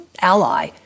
ally